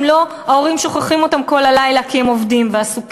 אם ההורים לא שוכחים אותם כל הלילה כי הם עובדים ועסוקים.